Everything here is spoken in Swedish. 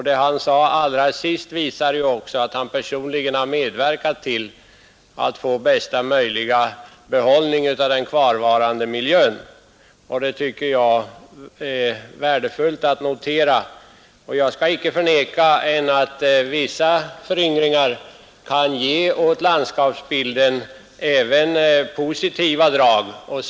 Det han sade allra sist visar ju också att han personligen har medverkat till att behålla befintliga miljövärden. Detta tycker jag är värdefullt att notera, och jag skall inte förneka att vissa föryngringar även kan ge positiva drag åt landskapet.